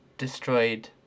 Destroyed